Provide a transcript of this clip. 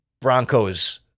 Broncos